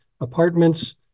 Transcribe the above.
apartments